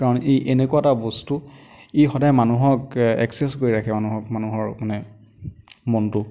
কাৰণ ই এনেকুৱা এটা বস্তু ই সদায় মানুহক এক্সেচ কৰি ৰাখে অনবৰত মানুহৰ মানে মনটো